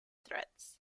threads